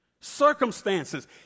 circumstances